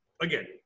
again